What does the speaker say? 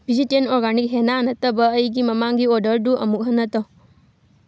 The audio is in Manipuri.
ꯕꯤꯖꯤꯇꯦꯟ ꯑꯣꯔꯒꯥꯅꯤꯛ ꯍꯦꯅꯥ ꯅꯠꯇꯕ ꯑꯩꯒꯤ ꯃꯃꯥꯡꯒꯤ ꯑꯣꯔꯗꯔꯗꯨ ꯑꯃꯨꯛ ꯍꯟꯅ ꯇꯧ